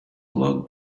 log